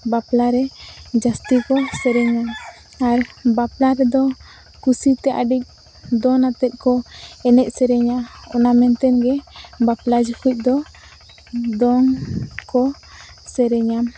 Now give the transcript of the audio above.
ᱵᱟᱯᱞᱟᱨᱮ ᱡᱟᱹᱥᱛᱤᱠᱚ ᱥᱮᱨᱮᱧᱟ ᱟᱨ ᱵᱟᱯᱞᱟ ᱨᱮᱫᱚ ᱠᱩᱥᱤᱛᱮ ᱟᱹᱰᱤ ᱫᱚᱱ ᱟᱛᱮᱫᱠᱚ ᱮᱱᱮᱡᱼᱥᱮᱨᱮᱧᱟ ᱚᱱᱟ ᱢᱮᱱᱛᱮᱜᱮ ᱵᱟᱯᱞᱟ ᱡᱚᱠᱷᱚᱱᱫᱚ ᱫᱚᱝᱠᱚ ᱥᱮᱨᱮᱧᱟ